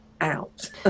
out